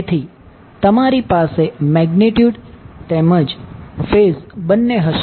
તેથી તમારી પાસે મેગ્નિટ્યુડ તેમજ ફેઝ બન્ને હશે